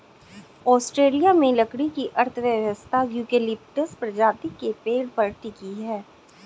Australia में लकड़ी की अर्थव्यवस्था यूकेलिप्टस प्रजाति के पेड़ पर टिकी है